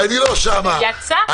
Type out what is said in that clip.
יצא.